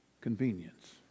convenience